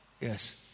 Yes